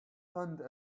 find